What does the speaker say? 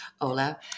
Ola